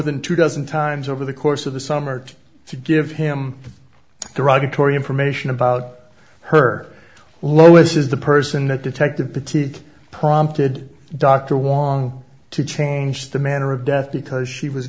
than two dozen times over the course of the summer to give him derogatory information about her lois is the person that detective petite prompted dr wong to change the manner of death because she was